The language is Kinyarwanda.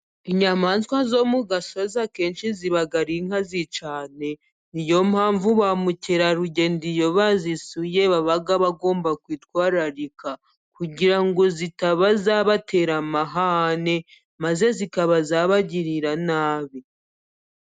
Inyamaswa zo mu gasozi akenshi ziba ari inkazi cyane, ni yo mpamvu ba mukerarugendo iyo bazisuye baba bagomba kwitwararika, kugira ngo zitaba zabatera amahane, maze zikaba zabagirira nabi.